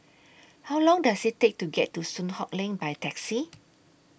How Long Does IT Take to get to Soon Hock Lane By Taxi